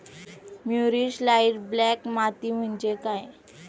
मूरिश light black माती म्हणजे काय?